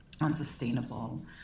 unsustainable